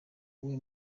wowe